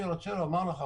אני רוצה לומר לך,